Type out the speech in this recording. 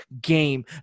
game